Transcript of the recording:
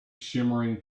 shimmering